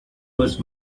was